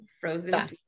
frozen